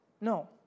No